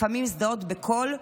לפעמים מזדהות בקול,